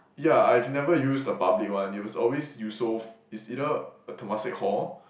yeah I've never used the public one it was always Yusoff is either Temasek Hall